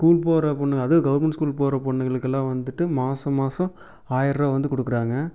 school போகிற பொண்ணு அதுவும் கவர்மெண்ட் ஸ்கூல் போகிற பெண்ணுங்களுக்குலாம் வந்துட்டு மாத மாதம் ஆயர் ரூபா வந்து கொடுக்குறாங்க